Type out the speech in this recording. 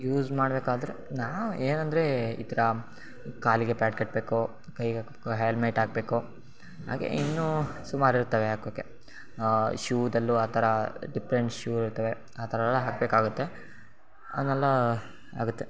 use ಮಾಡಬೇಕಾದ್ರೆ ನಾನು ಏನಂದರೆ ಈ ಥರ ಕಾಲಿಗೆ ಪ್ಯಾಡ್ ಕಟ್ಟಬೇಕು ಕೈಗೆ ಹೆಲ್ಮೆಟ್ ಹಾಕಬೇಕು ಹಾಗೇ ಇನ್ನೂ ಸುಮಾರು ಇರ್ತವೆ ಹಾಕೋಕ್ಕೆ ಶೂದಲ್ಲೂ ಆ ಥರ ಡಿಪ್ರೆಂಟ್ ಶೂ ಇರ್ತವೆ ಆ ಥರ ಎಲ್ಲ ಹಾಕಬೇಕಾಗುತ್ತೆ ಅದನ್ನೆಲ್ಲ ಆಗುತ್ತೆ